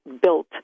built